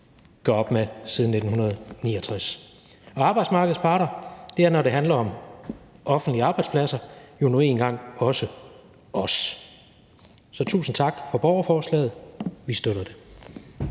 gøre op med siden 1969. Og arbejdsmarkedets parter er, når det handler om offentlige arbejdspladser, jo nu engang også os. Så tusind tak for borgerforslaget. Vi støtter det.